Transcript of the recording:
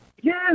Yes